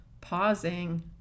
pausing